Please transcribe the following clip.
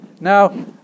Now